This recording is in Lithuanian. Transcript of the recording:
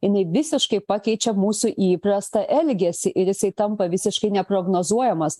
jinai visiškai pakeičia mūsų įprastą elgesį ir jisai tampa visiškai neprognozuojamas